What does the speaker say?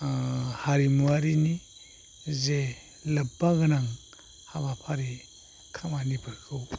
हारिमुवारिनि जे लोब्बा गोनां हाबाफारि खामानिफोरखौ